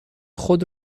خود